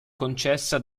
concessa